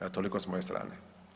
Evo toliko s moje strane.